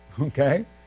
Okay